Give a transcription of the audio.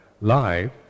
life